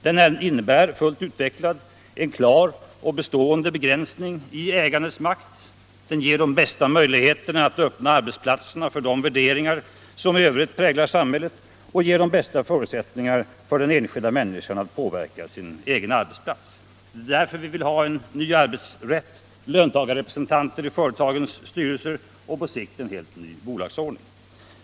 Den innebär fullt utvecklad en klar och bestående begränsning i ägandets makt, den ger de bästa möjligheterna att öppna arbetsplatserna för de värderingar som i övrigt präglar samhället och ger de bästa förutsättningarna för den enskilda människan att påverka sin egen arbetsplats. Det är därför vi vill ha en ny arbetsrätt, löntagarrepresentanter i företagens styrelser och på sikt en helt ny bolagsordning.